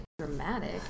dramatic